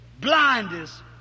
blindness